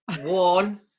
one